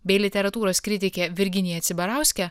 bei literatūros kritike virginija cibarauske